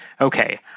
okay